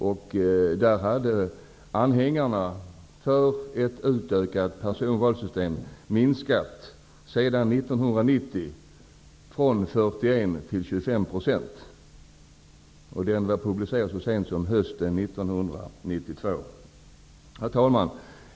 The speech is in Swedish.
Det framkom att anhängarna av ett utökat personvalssystem minskat sedan 1990 från 41 % till 25 %. Denna undersökning publicerades så sent som hösten Herr talman!